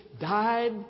died